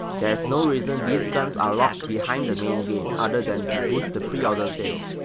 there's no reason these guns are locked behind the main game other than to boost the pre-order sales.